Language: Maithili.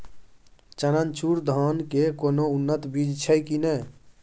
चननचूर धान के कोनो उन्नत बीज छै कि नय?